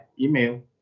email